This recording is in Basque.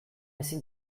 ezin